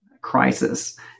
crisis